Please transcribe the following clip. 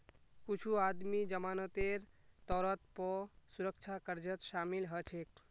कुछू आदमी जमानतेर तौरत पौ सुरक्षा कर्जत शामिल हछेक